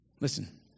Listen